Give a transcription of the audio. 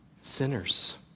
Sinners